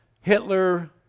Hitler